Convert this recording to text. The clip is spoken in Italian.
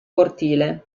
cortile